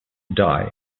die